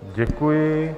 Děkuji.